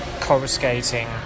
coruscating